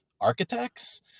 architects